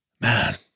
man